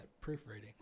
proofreading